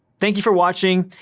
thank you for watching.